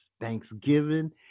Thanksgiving